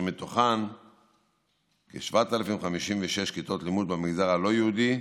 ומהן כ-7,056 כיתות לימוד במגזר הלא-יהודי,